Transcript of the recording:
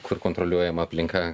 kur kontroliuojama aplinka